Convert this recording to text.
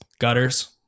gutters